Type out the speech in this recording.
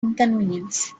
inconvenience